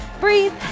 Breathe